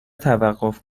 توقف